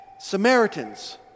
Samaritans